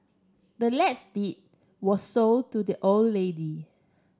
the land's deed was sold to the old lady